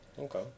Okay